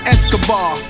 Escobar